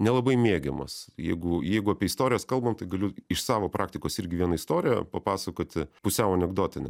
nelabai mėgiamas jeigu jeigu apie istorijas kalbam tai galiu iš savo praktikos irgi vieną istoriją papasakoti pusiau anekdotinę